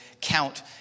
count